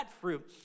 fruit